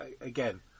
Again